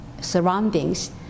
surroundings